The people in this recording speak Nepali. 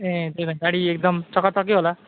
ए त्यही त गाडी एकदम चकाचकै होला